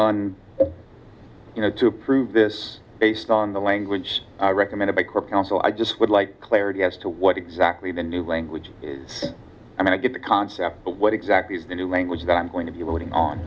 on you know to prove this based on the language i recommend a bike or council i just would like clarity as to what exactly the new language is i mean i get the concept of what exactly is the new language that i'm going to be voting on